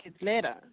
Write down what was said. later